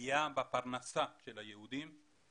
פגיעה בפרנסה של היהודים,